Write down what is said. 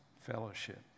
fellowship